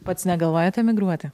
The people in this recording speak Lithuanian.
pats negalvojat emigruoti